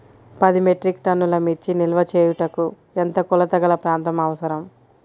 పది మెట్రిక్ టన్నుల మిర్చి నిల్వ చేయుటకు ఎంత కోలతగల ప్రాంతం అవసరం?